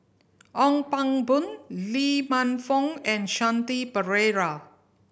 Ong Pang Boon Lee Man Fong and Shanti Pereira